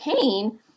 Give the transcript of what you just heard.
pain